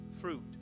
fruit